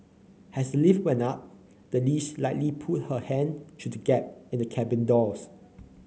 has the lift went up the leash likely pulled her hand through the gap in the cabin doors